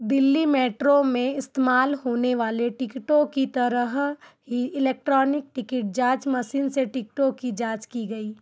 Delhi metro में इस्तेमाल होने वाले टिकटों की तरह ही इलेक्ट्रॉनिक टिकट जाँच मशीन से टिकटों की जाँच की गई